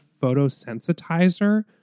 photosensitizer